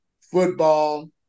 football